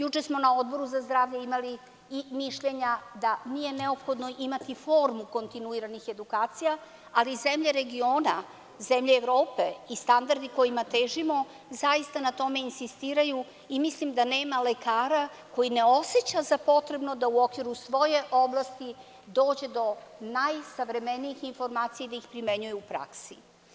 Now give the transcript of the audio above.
Juče smo na Odboru za zdravlje imali i mišljenja da nije neophodno imati formu kontinuiranih edukacija, ali zemlje regiona, zemlje Evrope i standardi kojima težimo zaista na tome insistiraju i mislim da nema lekara koji ne oseća za potrebno da u okviru svoje oblasti dođe do najsavremenijih informacija i da ih primenjuje u praksi.